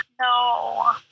No